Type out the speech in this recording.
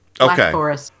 Okay